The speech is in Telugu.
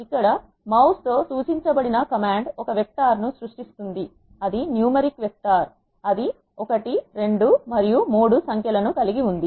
ఇక్కడ మౌస్ తో సూచించబడిన కమాండ్ ఒక వెక్టార్ ను సృష్టిస్తుంది అది న్యూమరిక్ వెక్టార్ అది 12 మరియు 3 సంఖ్య లను కలిగి ఉంది